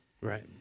Right